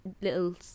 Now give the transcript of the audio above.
little